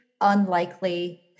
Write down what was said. unlikely